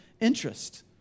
interest